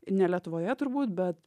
ne lietuvoje turbūt bet